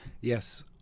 Yes